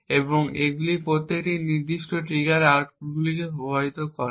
এবং এগুলির প্রত্যেকটি নির্দিষ্ট ট্রিগারের আউটপুটগুলিকে প্রভাবিত করবে